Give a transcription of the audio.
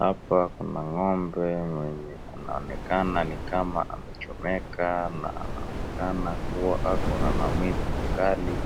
Hapa kuna ng'ombe mwenye anaonekana ni kama amechomeka na anaonekana kuwa akona maumivu makali